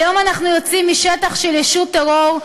היום אנחנו יוצאים משטח של ישות טרור,